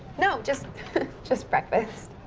no. just just breakfast.